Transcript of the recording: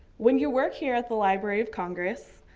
when you work here at the library of congress,